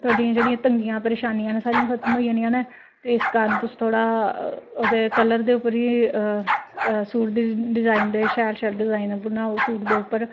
तोआडियां जेह्ड़ियां तंगियां परेशानियां न ओह् सारियां खत्म होई जानियां न ते इस कारण तुस थोह्ड़ा ओह्दे कलर दे उप्पर ही सूट डिज़ाईन दे शैल सैल डिजाईन दे सूट बनाओ उप्पर